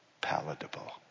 palatable